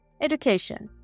education